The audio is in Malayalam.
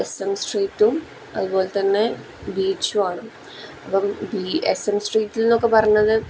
എസ് എം സ്ട്രീറ്റും അതുപോലെത്തന്നെ ബീച്ചും ആണ് അപ്പം എസ് എം സ്ട്രീറ്റിൽനിന്നൊക്കെ പറഞ്ഞത്